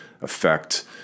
affect